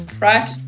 right